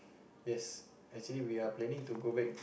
yes actually we are planning to go back